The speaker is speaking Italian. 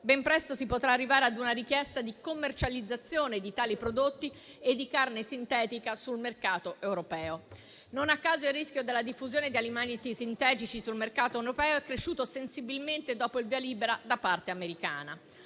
Ben presto si potrà arrivare ad una richiesta di commercializzazione di tali prodotti e di carne sintetica sul mercato europeo. Non a caso il rischio della diffusione di alimenti sintetici sul mercato europeo è cresciuto sensibilmente dopo il via libera da parte americana.